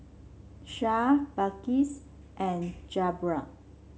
Shah Balqis and Zamrud